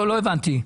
לא הבנתי.